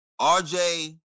RJ